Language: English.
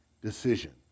decision